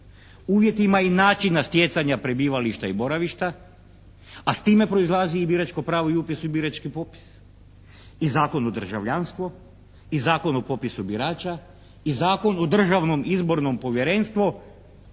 uvjetima i načinima stjecanja prebivališta i boravišta a s time proizlazi i biračko pravo i upis u birački popis. I Zakon o državljanstvu i Zakon o popisu birača i Zakon o državnom izbornom povjerenstvu.